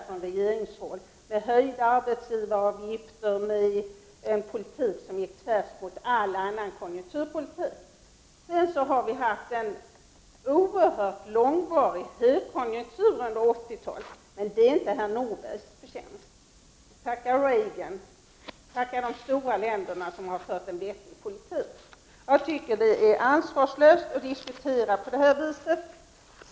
Det var fråga om höjda arbetsgivaravgifter och en politik som gick tvärtemot all annan konjunkturpolitik. Under 1980-talet har vi haft en ovanligt långvarig högkonjunktur. Men det är inte herr Nordbergs förtjänst. Tacka Reagan och de stora länderna som fört en bättre politik! Jag tycker det är ansvarslöst att diskutera på det här viset.